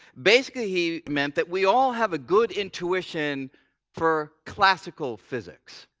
basically he meant that we all have a good intuition for classical physics.